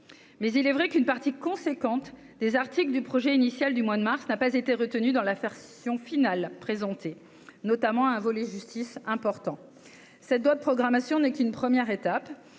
mais il est vrai qu'une partie conséquente des articles du projet initial du mois de mars n'a pas été retenue dans l'affaire Sion finales présentées notamment un volet justice important cette loi de programmation n'est qu'une première étape,